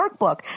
workbook